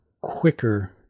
quicker